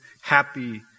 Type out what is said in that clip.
happy